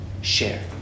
share